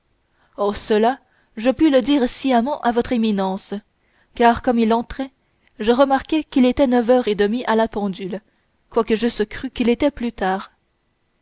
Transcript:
oh cela je puis le dire sciemment à votre éminence car comme il entrait je remarquai qu'il était neuf heures et demie à la pendule quoique j'eusse cru qu'il était plus tard